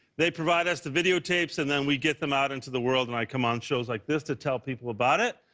they provide us the videotapes and we get them out into the world and i come on shows like this to tell people about it.